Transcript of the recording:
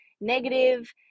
negative